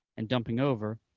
and dumping over,